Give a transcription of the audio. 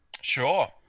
Sure